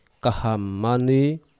Kahamani